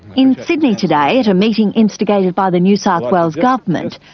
in sydney today at a meeting instigated by the new south wales government,